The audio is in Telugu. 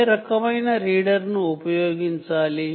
ఏ రకమైన రీడర్ ఉపయోగించాలి